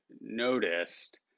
noticed